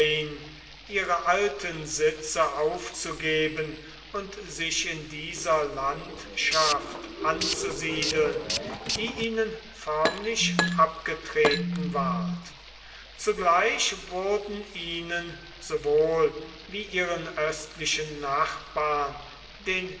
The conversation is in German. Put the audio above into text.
ihre alten sitze aufzugeben und sich in dieser landschaft anzusiedeln die ihnen förmlich abgetreten ward zugleich wurden ihnen sowohl wie ihren östlichen nachbarn den